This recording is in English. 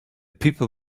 people